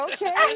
Okay